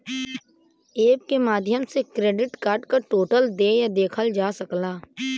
app के माध्यम से क्रेडिट कार्ड क टोटल देय देखल जा सकला